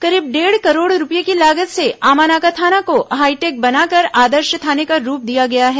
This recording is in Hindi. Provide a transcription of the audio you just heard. करीब डेढ़ करोड़ रूपये की लागत से आमानाका थाना को हाईटेक बनाकर आदर्श थाने का रूप दिया गया है